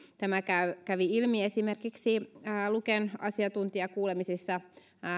tämä kävi ilmi esimerkiksi luken asiantuntijakuulemisissa